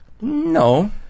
No